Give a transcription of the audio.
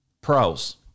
Pros